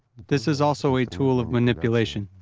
this is also a tool of manipulation,